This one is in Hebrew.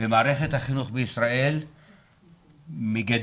ומערכת החינוך בישראל מגדלת